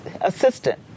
assistant